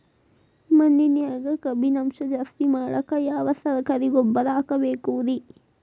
ಮಣ್ಣಿನ್ಯಾಗ ಕಬ್ಬಿಣಾಂಶ ಜಾಸ್ತಿ ಮಾಡಾಕ ಯಾವ ಸರಕಾರಿ ಗೊಬ್ಬರ ಹಾಕಬೇಕು ರಿ?